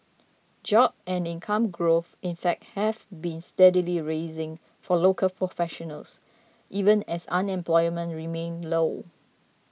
job and income growth in fact have been steadily rising for local professionals even as unemployment remained low